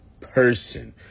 person